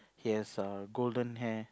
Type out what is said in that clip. he has err golden hair